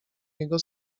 jego